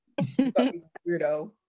Weirdo